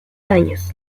años